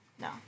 No